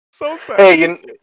hey